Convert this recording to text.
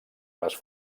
les